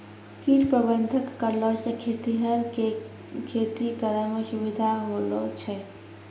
कीट प्रबंधक करलो से खेतीहर के खेती करै मे सुविधा होलो छै